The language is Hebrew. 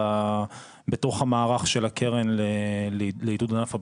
בתוך המערך של הקרן לעידוד ענף הבניה.